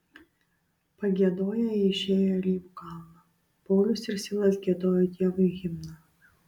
pagiedoję jie išėjo į alyvų kalną paulius ir silas giedojo dievui himną